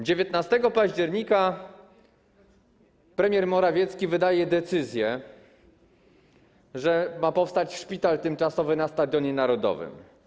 19 października premier Morawiecki wydaje decyzję, że ma powstać szpital tymczasowy na Stadionie Narodowym.